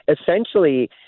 Essentially